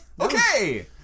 Okay